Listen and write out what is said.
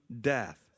death